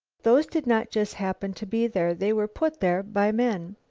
those did not just happen to be there. they were put there by men.